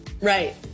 right